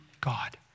God